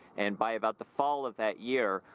and by about the fall of that year,